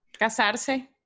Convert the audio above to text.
casarse